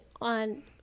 on